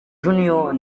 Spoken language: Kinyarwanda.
junior